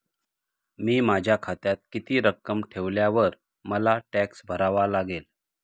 मी माझ्या खात्यात किती रक्कम ठेवल्यावर मला टॅक्स भरावा लागेल?